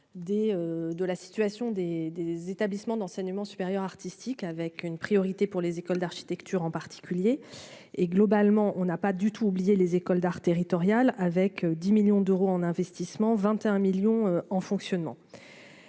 de la situation des des établissements d'enseignement supérieur artistique avec une priorité pour les écoles d'architecture en particulier et, globalement, on n'a pas du tout oublié, les écoles d'art territoriale avec 10 millions d'euros en investissement 21 millions en fonctionnement,